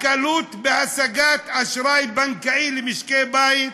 הקלות בהשגת אשראי בנקאי למשקי בית,